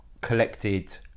collected